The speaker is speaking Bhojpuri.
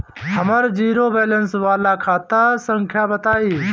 हमर जीरो बैलेंस वाला खाता संख्या बताई?